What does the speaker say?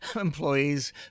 employees